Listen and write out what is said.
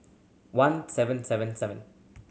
one seven seven seven